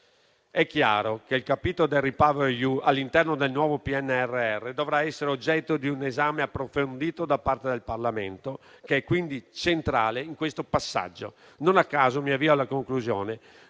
È chiaro che il capitolo del REPowerEU all'interno del nuovo PNRR dovrà essere oggetto di un esame approfondito da parte del Parlamento, che è quindi centrale in questo passaggio. Non a caso - mi avvio alla conclusione